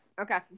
Okay